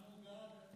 אנחנו בעד.